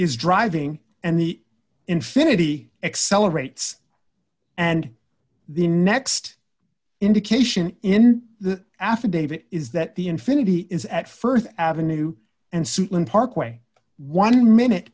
is driving and the infinity accelerates and the next indication in the affidavit is that the infinity is at st avenue and suitland parkway one minute